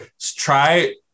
Try